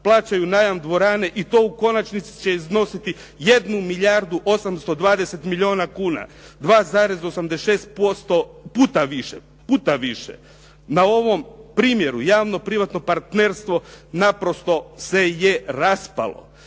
plaćaju najam dvorane i to u konačnici će iznositi 1 milijardu 820 milijuna kuna, 2,86% puta više. Na ovom primjeru javno privatno partnerstvo naprosto se raspalo